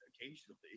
occasionally